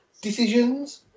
decisions